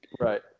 Right